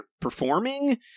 performing